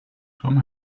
tom